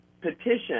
petition